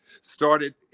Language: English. started